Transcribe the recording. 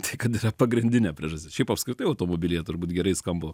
tai kad yra pagrindinė priežastis šiaip apskritai automobilyje turbūt gerai skamba